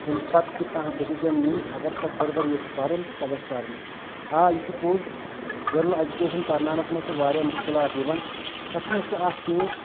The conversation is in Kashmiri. تمہِ پَتہٕ تہِ کانٛہہ ڈیٚسِجَن نِنۍ اگر سۄ فٔردَر ییٚژھِ پَرُن سۄ گژھِ پَرُن آ یہِ چھُ پوٚز گٔرٕل ایٚجوٗکیشَن پَرناونَس منٛز چھِ واریاہ مُشکِلات یِوان تَتھ منٛز چھُ اَکھ چیٖز